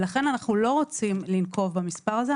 לכן אנחנו לא רוצים לנקוב במספר הזה,